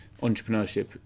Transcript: entrepreneurship